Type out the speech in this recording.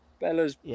Bella's